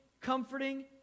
comforting